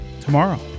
tomorrow